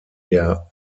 der